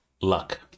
luck